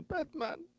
Batman